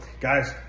Guys